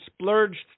splurged